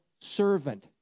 servant